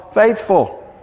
faithful